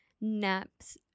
naps